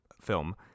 film